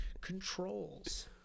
controls